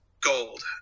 gold